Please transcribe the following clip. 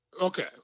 Okay